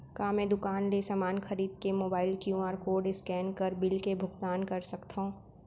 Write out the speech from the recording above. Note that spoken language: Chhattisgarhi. का मैं दुकान ले समान खरीद के मोबाइल क्यू.आर कोड स्कैन कर बिल के भुगतान कर सकथव?